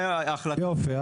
יופי.